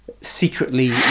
secretly